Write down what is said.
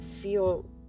feel